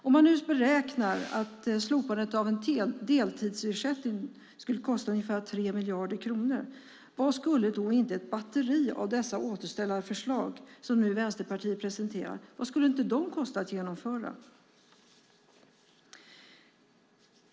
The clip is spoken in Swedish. Om man beräknar att slopandet av en deltidsersättning skulle kosta ungefär 3 miljarder kronor, vad skulle då inte ett batteri av de återställarförslag som Vänsterpartiet presenterar kosta att genomföra?